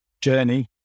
journey